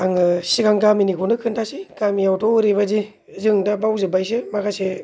आङो सिगां गामिनिखौनो खोन्थासै गामियाव थ' ओरैबायदि जों दा बावजोब्बायसो माखासे